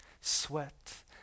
sweat